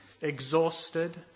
exhausted